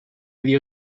dio